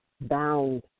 bound